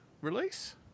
release